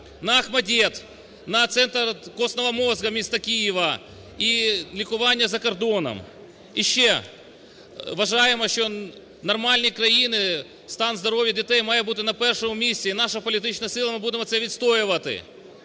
"ОХМАТДИТ", на Центр костного мозга міста Києва, і лікування за кордоном. І ще, вважаємо, що нормальні країни, стан здоров'я дітей має бути на першому місці і наша політична сила ми будем це відстоювати.